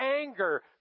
anger